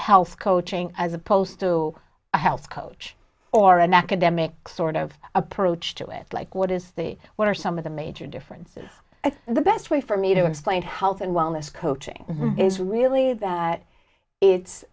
health coaching as opposed to a health coach or an academic sort of approach to it like what is the what are some of the major differences the best way for me to explain health and wellness coaching is really that it's